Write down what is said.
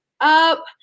up